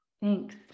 Thanks